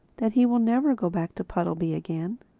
that he will never go back to puddleby again?